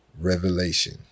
revelation